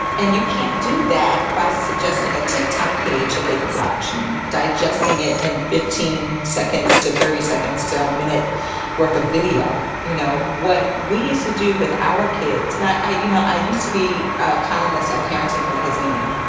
and you can't do that by suggesting a tick tock page that they could watch and digesting it in fifteen seconds to thirty seconds to a a minute worth of video. you know what we used to do with our kids? and i you know i used to be a columnist at parenting magazine,